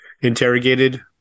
interrogated